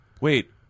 wait